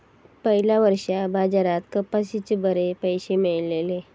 पयल्या वर्सा बाजारात कपाशीचे बरे पैशे मेळलले